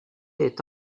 est